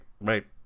right